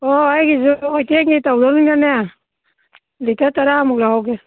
ꯑꯣ ꯑꯩꯒꯤꯁꯨ ꯍꯣꯇꯦꯜꯒꯤ ꯇꯧꯗꯣꯏꯅꯤꯅꯦ ꯂꯤꯇꯔ ꯇꯔꯥꯃꯨꯛ ꯂꯍꯧꯒꯦ